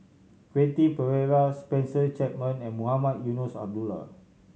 Quentin Pereira Spencer Chapman and Mohamed Eunos Abdullah